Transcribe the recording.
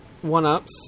One-Ups